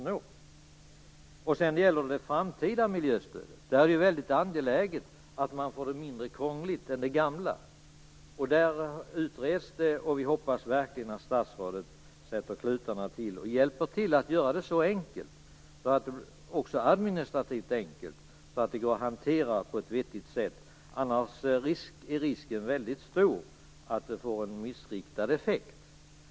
När det gäller det framtida miljöstödet är det angeläget att det blir mindre krångligt än det gamla. Vi hoppas verkligen att statsrådet sätter till alla klutar och hjälper till att göra det så administrativt enkelt att det går att hantera på ett vettigt sätt. Annars är risken stor att det får en missriktad effekt.